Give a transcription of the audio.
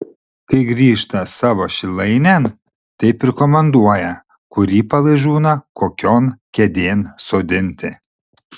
kai grįžta savo šilainėn taip ir komanduoja kurį palaižūną kokion kėdėn sodinti